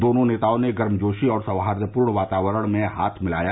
दोनों नेताओं ने गर्मजोशी और सौहार्दपूर्ण वार्तावरण में हाथ मिलाया